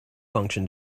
function